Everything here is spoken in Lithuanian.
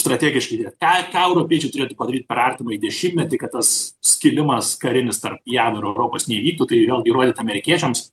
strategiškai tai tą europiečiai turėtų padaryt per artimąjį dešimtmetį kad tas skilimas karinis tarp jav ir europos neįvyktų tai vėlgi rodyt amerikiečiams